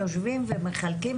יושבים ומחלקים,